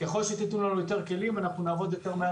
ככל שתיתנו לנו יותר כלים אנחנו נעבוד מהר